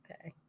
okay